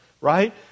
right